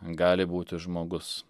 gali būti žmogus